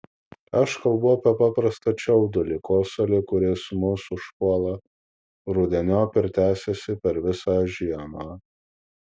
aš kalbu apie paprastą čiaudulį kosulį kuris mus užpuola rudeniop ir tęsiasi per visą žiemą